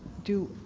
do,